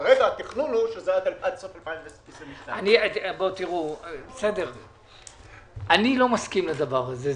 כרגע התכנון הוא שזה עד סוף שנת 2022. אני לא מסכים לדבר הזה.